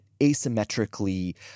asymmetrically